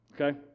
Okay